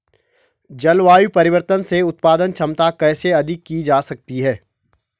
जलवायु परिवर्तन से उत्पादन क्षमता कैसे अधिक की जा सकती है?